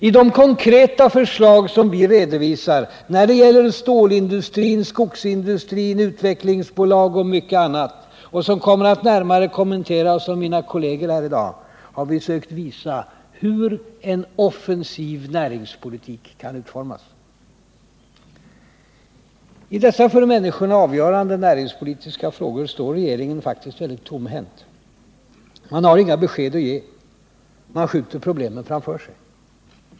I de konkreta förslag som vi redovisar när det gäller stålindustrin, skogsindustrin, utvecklingsbolag och mycket annat — som kommer att närmare kommenteras av mina kolleger här i dag — har vi sökt visa hur en offensiv näringspolitik kan utformas. I dessa för människorna avgörande näringspolitiska frågor står regeringen faktiskt tomhänt. Den har inga besked att ge. Den skjuter problemen framför sig.